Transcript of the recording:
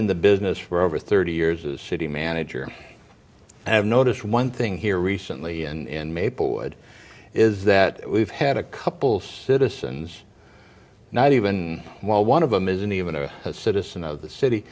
in the business for over thirty years as a city manager and i've noticed one thing here recently and maplewood is that we've had a couple citizens not even while one of them isn't even a citizen of the city